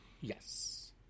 Yes